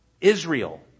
Israel